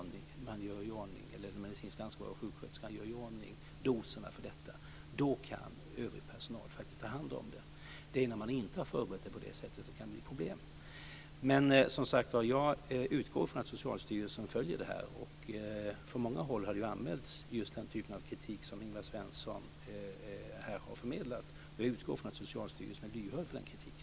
Den medicinskt ansvariga sjuksköterskan gör i ordning doserna, och då kan övrig personal ta hand om det. Det är när man inte har förberett det på det sättet som det kan bli problem. Som sagt utgår jag från att Socialstyrelsen följer detta. Från många håll har det anmälts den typ av kritik som Ingvar Svensson här har förmedlat. Jag utgår från att Socialstyrelsen är lyhörd för den kritiken.